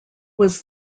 was